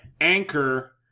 anchor